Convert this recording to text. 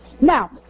Now